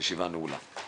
הישיבה נעולה.